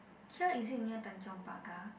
here is it near tanjong-pagar